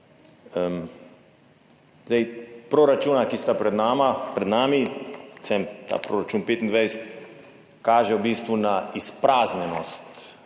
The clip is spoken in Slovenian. vlade. Proračuna, ki sta pred nami, predvsem ta proračun 2025, kaže v bistvu na izpraznjenost